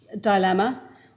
dilemma